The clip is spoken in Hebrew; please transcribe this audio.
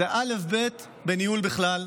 זה אלף-בית בניהול בכלל,